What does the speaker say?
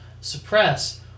suppress